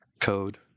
code